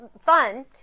fun